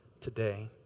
today